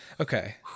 Okay